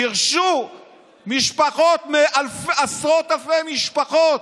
גירשו משפחות, עשרות אלפי משפחות,